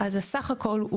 אז הסך הכול,